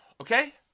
okay